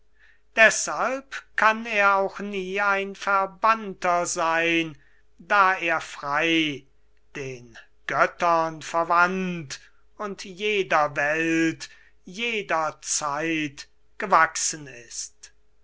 deshalb kann er auch nie ein verbannter sein da er frei den göttern verwandt und jeder welt jeder zeit gewachsen ist